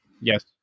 Yes